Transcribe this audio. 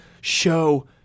show